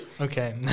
Okay